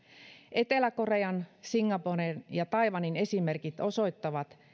etelä korean singaporen ja taiwanin esimerkit osoittavat